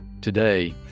Today